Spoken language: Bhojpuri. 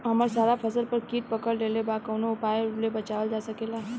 हमर सारा फसल पर कीट पकड़ लेले बा कवनो उपाय से बचावल जा सकेला?